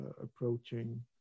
approaching